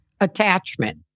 attachment